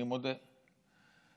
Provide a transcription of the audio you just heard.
אני מודה,